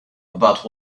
about